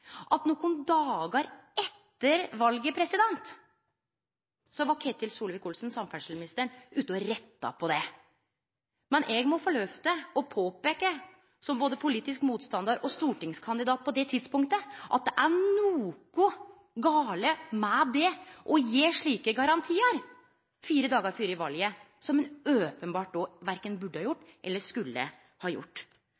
at nokre dagar etter valet var Ketil Solvik-Olsen, samferdselsministeren, ute og retta på det. Men eg må få lov til å påpeike – som både politisk motstandar og stortingskandidat på det tidspunktet – at det er noko gale med å gje slike garantiar fire dagar før valet, som ein openbert då verken burde eller skulle ha gjort.